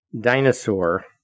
dinosaur